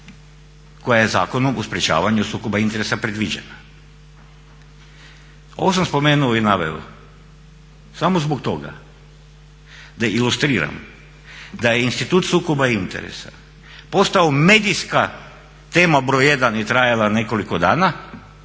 koja je Zakonom o sprječavanju sukoba interesa predviđena. Ovo sam spomenuo i naveo samo zbog toga da ilustriram da je institut sukoba interesa postao medijska tema broj jedan i trajala nekoliko dana